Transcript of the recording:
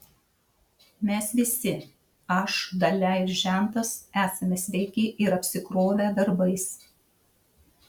mes visi aš dalia ir žentas esame sveiki ir apsikrovę darbais